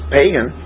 pagan